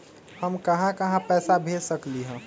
हम कहां कहां पैसा भेज सकली ह?